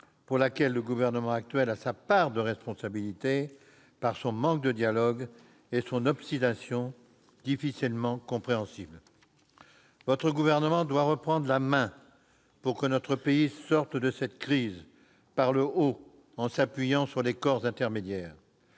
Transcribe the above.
à laquelle le gouvernement actuel a sa part de responsabilité, par son manque de dialogue et son obstination difficilement compréhensibles. Votre gouvernement doit reprendre la main pour que notre pays sorte de cette crise par le haut en s'appuyant sur les corps intermédiaires.